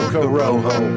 Corojo